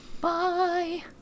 Bye